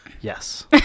Yes